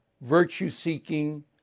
virtue-seeking